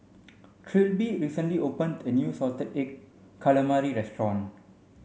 Trilby recently opened a new salted egg calamari restaurant